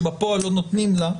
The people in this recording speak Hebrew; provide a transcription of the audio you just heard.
שבפועל לא נותנים לה,